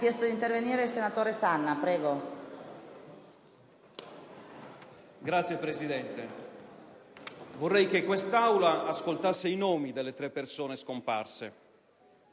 Signor Presidente, vorrei che quest'Aula ascoltasse i nomi delle tre persone scomparse: